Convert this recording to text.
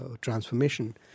transformation